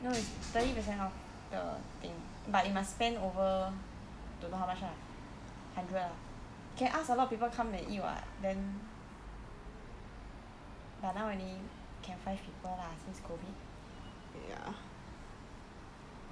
no is thirty percent off the thing but you must spend over don't know how much ah hundred uh can ask a lot of people come and eat [what] then but now only can five people lah since COVID